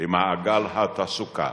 במעגל התעסוקה,